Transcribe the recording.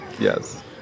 Yes